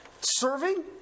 serving